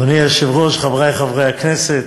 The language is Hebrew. אדוני היושב-ראש, חברי חברי הכנסת,